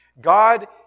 God